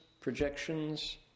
projections